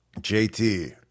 JT